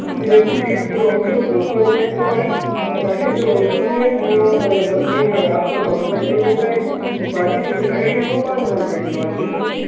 देसी घी कि जो होंगी वो दो सौ रुपये किलो है बाकीं जो उसकी हैं वो समथिंग आपको सौ रुपये किलो मिल जाएंगी बाकी जो मिठाई हैं वो पाँच सौ रुपये किलो अच्छी से अच्छी